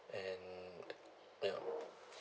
and ya